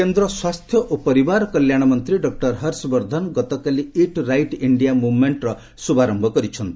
ଇଟ୍ right କେନ୍ଦ୍ର ସ୍ୱାସ୍ଥ୍ୟ ଓ ପରିବାର କଲ୍ୟାଣ ମନ୍ତ୍ରୀ ଡକ୍ଟର ହର୍ଷବର୍ଦ୍ଧନ ଗତକାଲି 'ଇଟ୍ ରାଇଟ୍ ଇଣ୍ଡିଆ ମୁଭ୍ମେଣ୍ଟ'ର ଶୁଭାରମ୍ଭ କରିଛନ୍ତି